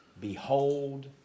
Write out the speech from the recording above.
Behold